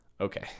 Okay